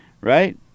right